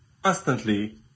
constantly